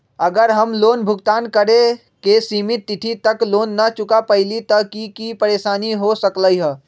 अगर हम लोन भुगतान करे के सिमित तिथि तक लोन न चुका पईली त की की परेशानी हो सकलई ह?